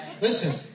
Listen